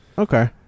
okay